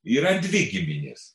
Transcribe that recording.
yra dvi giminės